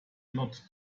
not